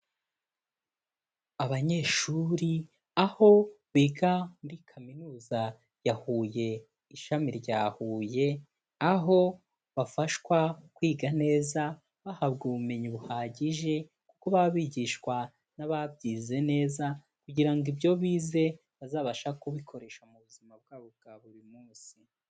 Abanyeshuri aho biga muri Kaminuza ya Huye ishami rya Huye, aho bafashwa kwiga neza bahabwa ubumenyi buhagije kuko baba bigishwa n'ababyize neza kugira ngo ibyo bize bazabashe kubikoresha mu buzima bwabo bwa buri munsi.